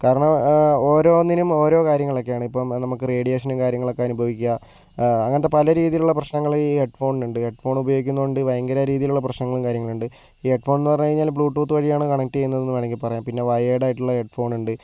കാരണം ഓരോന്നിനും ഓരോ കാര്യങ്ങളൊക്കെയാണ് ഇപ്പം നമുക്ക് റേഡിയേഷനും കാര്യങ്ങളൊക്കെ അനുഭവിക്കുക അങ്ങനത്തെ പല രീതിയിലുള്ള പ്രശ്നങ്ങൾ ഈ ഹെഡ്ഫോണിന് ഉണ്ട് ഹെഡ്ഫോൺ ഉപയോഗിക്കുന്നതുകൊണ്ട് ഭയങ്കര രീതിയിലുള്ള പ്രശ്നങ്ങളും കാര്യങ്ങളുമുണ്ട് ഈ ഹെഡ്ഫോൺ എന്ന് പറഞ്ഞു കഴിഞ്ഞാൽ ബ്ലൂടൂത്ത് വഴിയാണ് കണക്ട് ചെയ്യുന്നത് എന്ന് വേണമെങ്കിൽ പറയാം പിന്നെ വയേർഡ് ആയിട്ടുള്ള ഹെഡ്ഫോൺ ഉണ്ട്